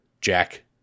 Jack